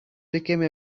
became